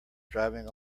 driving